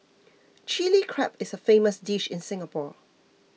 Chilli Crab is a famous dish in Singapore